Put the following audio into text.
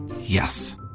Yes